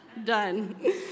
done